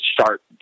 start